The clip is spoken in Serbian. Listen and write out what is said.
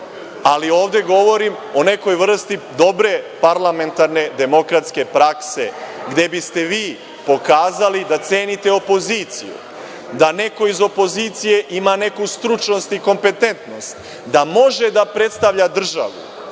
Ovde govorim o nekoj vrsti dobre parlamentarne, demokratske prakse, gde biste vi pokazali da cenite opoziciju, da neko iz opozicije ima neku stručnost i kompetentnost, da može da predstavlja državu